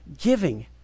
giving